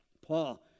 Paul